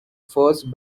first